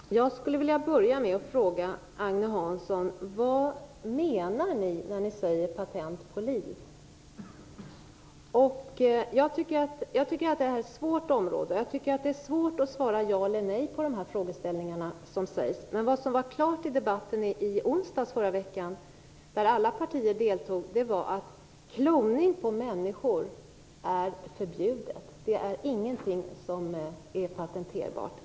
Fru talman! Jag skulle vilja börja med att fråga Agne Hansson vad ni reservanter menar när ni talar om patent på liv. Jag tycker att det är ett svårt område. Jag tycker att det är svårt att svara ja eller nej på dessa frågeställningar. Vad som var klart i debatten i onsdags i förra veckan, där alla partier deltog, var att kloning på människor är förbjudet. Det är ingenting som är patenterbart.